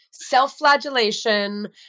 Self-flagellation